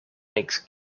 makes